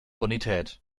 bonität